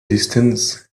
distance